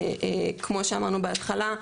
כמו שאמרנו בהתחלה,